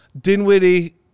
Dinwiddie